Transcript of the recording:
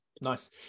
nice